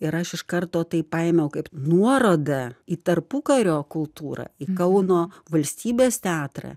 ir aš iš karto tai paėmiau kaip nuorodą į tarpukario kultūrą į kauno valstybės teatrą